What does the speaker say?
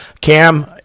Cam